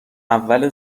اول